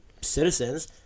citizens